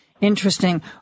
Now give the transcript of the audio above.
Interesting